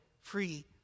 free